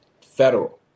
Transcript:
federal